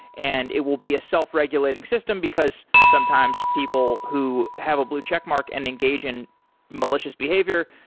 and it will be a self-regulating system, because sometimes people who have a blue check mark and engage in malicious behavior,